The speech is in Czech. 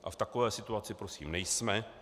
A v takové situaci prosím nejsme.